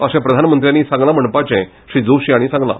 अशें प्रधानमंज्यानी सांगला म्हणपाचे श्री जोशी हांणी सांगला